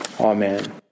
Amen